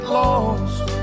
lost